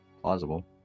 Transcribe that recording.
plausible